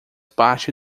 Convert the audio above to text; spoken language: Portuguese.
parte